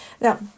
Now